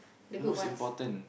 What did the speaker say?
most important